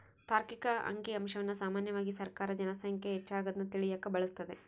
ತಾರ್ಕಿಕ ಅಂಕಿಅಂಶವನ್ನ ಸಾಮಾನ್ಯವಾಗಿ ಸರ್ಕಾರ ಜನ ಸಂಖ್ಯೆ ಹೆಚ್ಚಾಗದ್ನ ತಿಳಿಯಕ ಬಳಸ್ತದೆ